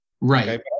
right